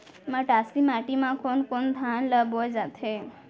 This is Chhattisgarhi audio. मटासी माटी मा कोन कोन धान ला बोये जाथे?